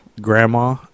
grandma